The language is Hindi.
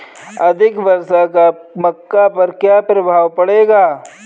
अधिक वर्षा का मक्का पर क्या प्रभाव पड़ेगा?